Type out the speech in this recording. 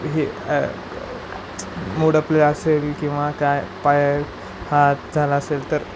हे मूडपले असेल किंवा काय पाय हात झाला असेल तर